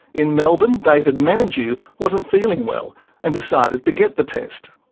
in melbourne, david menadue wasn't feeling well and decided to get the test.